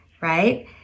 right